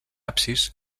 absis